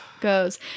goes